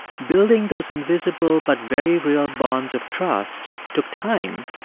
building those invisible but very real bonds of trust took time,